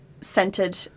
scented